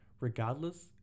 Regardless